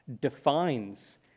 defines